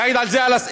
יעיד על זה השר.